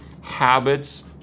habits